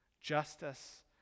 justice